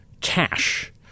cash